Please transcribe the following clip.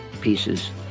pieces